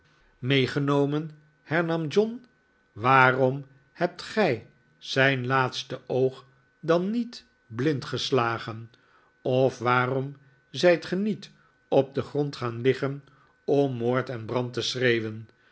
meegenomen hernam john waarom hebt gij zijn laatste oog dan niet blind geslagen of waarom zijt ge niet op den grond gaan liggen om moord en brand te schreeuwen